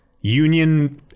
Union